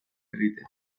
egiten